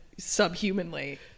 subhumanly